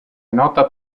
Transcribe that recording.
nota